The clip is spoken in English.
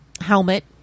helmet